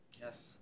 yes